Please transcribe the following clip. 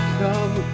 come